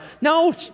No